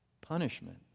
punishment